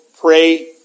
pray